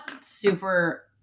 super